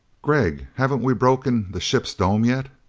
gregg, haven't we broken the ship's dome yet?